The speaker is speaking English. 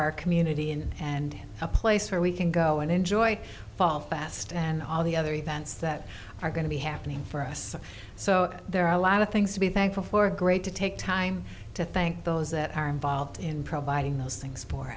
our community in and apply i swear we can go and enjoy fall fast and all the other events that are going to be happening for us so there are a lot of things to be thankful for great to take time to thank those that are involved in providing those things for